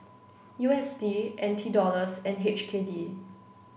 U S D N T Dollars and H K D